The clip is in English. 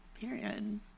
Period